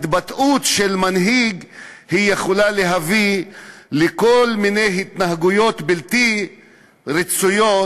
התבטאות של מנהיג יכולה להביא לכל מיני התנהגויות בלתי רצויות,